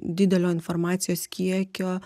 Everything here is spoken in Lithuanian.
didelio informacijos kiekio